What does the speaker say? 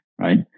right